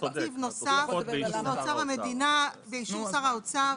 תקציב נוסף מאוצר המדינה לרשויות המקומיות באישור שר האוצר".